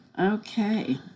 Okay